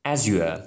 Azure